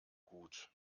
gut